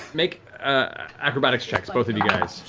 make acrobatics checks, both of you guys.